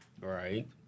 Right